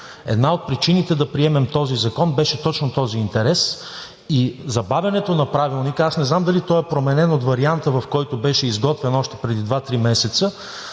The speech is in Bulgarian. Една от причините да приемем този закон беше точно този интерес и забавянето на Правилника, аз не знам дали той е променен от варианта, в който беше изготвен, още преди два-три месеца,